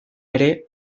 ere